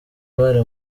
bari